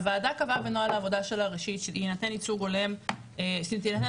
הוועדה קבעה בנוהל הועדה שלה ראשית שיינתן ייצוג הולם שתינתן